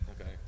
Okay